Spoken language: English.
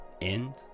end